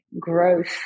growth